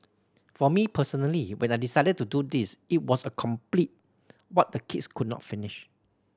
for me personally when I decided to do this it was to complete what the kids could not finish